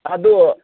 ꯑꯗꯣ